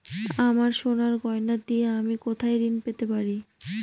আমার সোনার গয়নার দিয়ে আমি কোথায় ঋণ পেতে পারি?